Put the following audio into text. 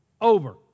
Over